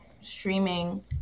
streaming